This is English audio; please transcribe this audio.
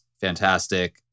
fantastic